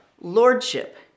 lordship